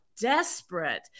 desperate